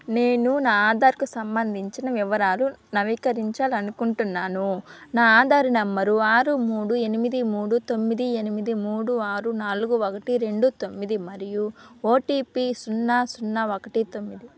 నేను నా ఆధార్కు సంబంధించిన వివరాలు నవీకరించాలి అనుకుంటున్నాను నా ఆధారు నెంబరు ఆరు మూడు ఎనిమిది మూడు తొమ్మిది ఎనిమిది మూడు ఆరు నాలుగు ఒకటి రెండు తొమ్మిది మరియు ఓటీపీ సున్నా సున్నా ఒకటి తొమ్మిది